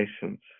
patience